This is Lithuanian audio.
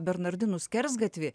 bernardinų skersgatvį